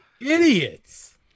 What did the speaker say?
idiots